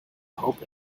hope